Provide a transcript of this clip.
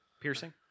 Piercing